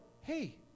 hey